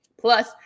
Plus